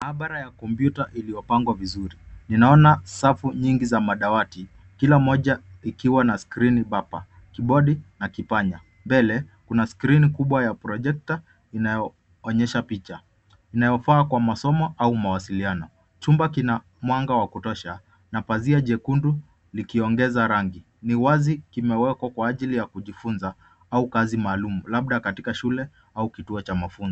Maabara ya kompyuta iliyopangwa vizuri naona safu nyingi za madawati kila moja ikiwa na skirini bapa, kibodi na kipanya. Mbele kuna skrini kubwa ya projecta inayo onyesha picha inayofaa kwa masomo au mawasiliano. Chumba kina mwanga wa kutosha na pazia jekundu likiongeza rangi ni wazi kimewekwa kwa ajili ya kufunza au kazi maalum labda katika shule au kituo cha mafunzo.